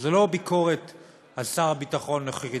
וזאת לא ביקורת על שר הביטחון הנוכחי,